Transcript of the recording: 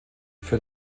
für